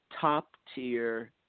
top-tier